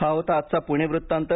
हा होता आजचा पुणे वृत्तांत